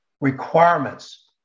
requirements